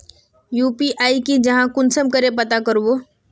UPI की जाहा कुंसम करे पता करबो?